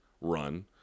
run